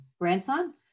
grandson